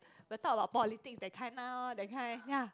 will talk about politics that kind lor that kind ya